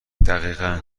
دقیقا